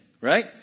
right